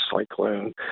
cyclone